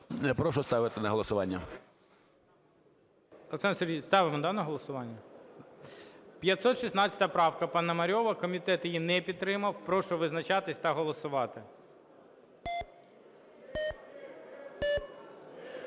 Прошу ставити на голосування. ГОЛОВУЮЧИЙ. Олександр Сергійович, ставимо, да, на голосування? 516 правка Пономарьова. Комітет її не підтримав. Прошу визначатись та голосувати.